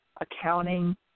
accounting